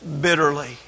bitterly